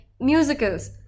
musicals